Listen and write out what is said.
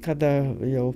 kada jau